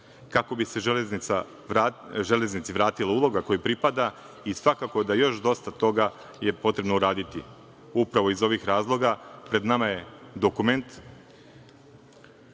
kako bi se železnici vratila uloga koja pripada i svakako da još dosta toga je potrebno uraditi. Upravo, iz ovih razloga pred nama je dokument